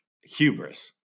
hubris